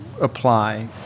Apply